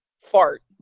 fart